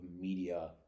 media